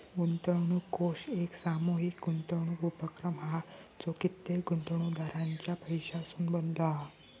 गुंतवणूक कोष एक सामूहीक गुंतवणूक उपक्रम हा जो कित्येक गुंतवणूकदारांच्या पैशासून बनलो हा